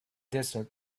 desert